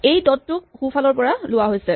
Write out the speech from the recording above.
এই ডট টোক সোঁফালৰ পৰা লোৱা হৈছে